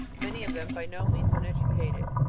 many of them by no means uneducated,